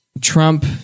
Trump